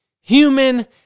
human